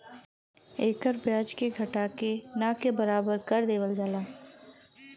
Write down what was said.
एकर ब्याज के घटा के ना के बराबर कर देवल जाला